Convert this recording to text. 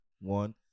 One